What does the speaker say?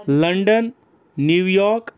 London New York